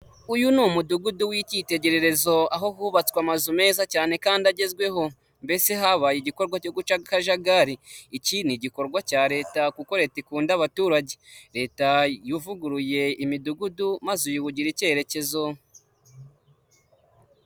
Ibi ni ibiro by'ubwishingizi ari byo twita sanilamu hano mu Rwanda iyi ni inyubako ndende rwose bakoreramo, aho ushobora kubagana bakaguha serivisi z'ubwishingizi mu gihe ugize impanuka cyangwa ukagira ikindi kibazo cyatuma ukenera inyishyu y'ibyawe byose.